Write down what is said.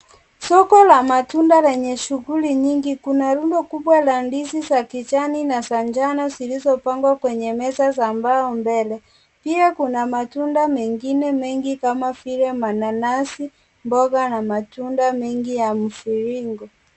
Soko la matunda lenye shughuli nyingi, kuna rundo kubwa la ndizi za kijani na za njano zilizopangwa kwenye meza za mbao mbele, pia kuna matunda mengine mengi kama vile mananasi, mboga na matunda mengi ya mviringo.